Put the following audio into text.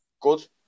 good